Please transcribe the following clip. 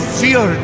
fear